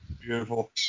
Beautiful